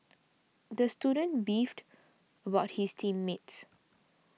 the student beefed about his team mates